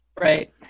Right